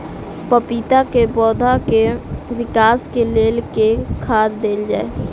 पपीता केँ पौधा केँ विकास केँ लेल केँ खाद देल जाए?